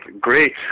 great